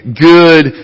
good